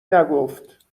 نگفت